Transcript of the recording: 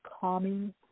Calming